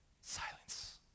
Silence